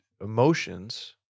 emotions